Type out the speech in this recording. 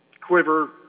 quiver